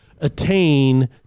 attain